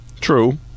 True